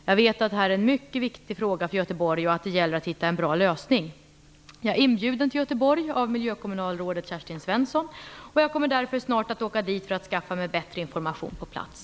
Jag vet att detta är en mycket viktig fråga för Göteborg och att det gäller att hitta en bra lösning. Jag är inbjuden till Göteborg av miljökommunalrådet Kerstin Svensson och kommer därför snart att åka dit för att skaffa mig bättre information på plats.